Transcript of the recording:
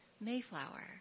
Mayflower